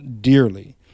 dearly